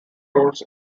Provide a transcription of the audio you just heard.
roles